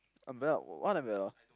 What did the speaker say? umbrell~ what umbrella